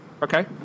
Okay